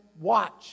watch